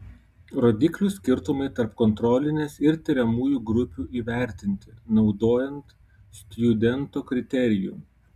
rodiklių skirtumai tarp kontrolinės ir tiriamųjų grupių įvertinti naudojant stjudento kriterijų